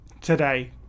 today